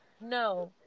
no